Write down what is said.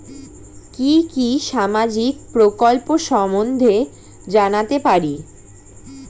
কি কি সামাজিক প্রকল্প সম্বন্ধে জানাতে পারি?